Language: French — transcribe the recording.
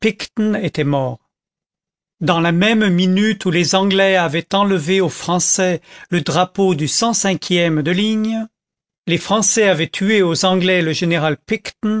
était mort dans la même minute où les anglais avaient enlevé aux français le drapeau du ème de ligne les français avaient tué aux anglais le général